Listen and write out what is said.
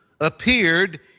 appeared